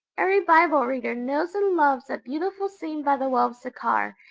every bible reader knows and loves that beautiful scene by the well of sychar,